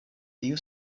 tiu